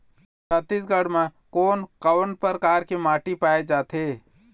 छत्तीसगढ़ म कोन कौन प्रकार के माटी पाए जाथे?